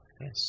Yes